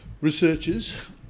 researchers